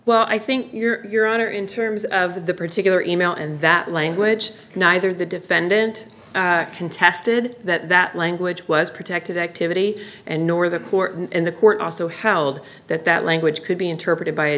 well i think your your honor in terms of the particular e mail and that language neither the defendant contested that that language was protected activity and nor the court and the court also held that that language could be interpreted by a